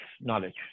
knowledge